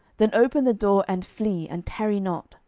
then open the door, and flee, and tarry not